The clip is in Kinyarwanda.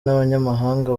n’abanyamahanga